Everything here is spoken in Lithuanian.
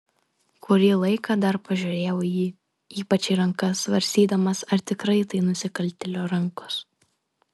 kurį laiką dar pažiūrėjau į jį ypač į rankas svarstydamas ar tikrai tai nusikaltėlio rankos